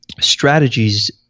strategies